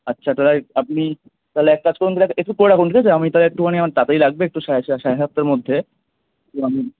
আচ্ছা তারে আপনি তাহলে এক কাজ করুন ঠিক আছে একটু করে রাখুন ঠিক আছে আমি তাহলে একটুখানি আমার তাড়াতাড়ি লাগবে একটু সাড়ে সাতটার মধ্যে মানে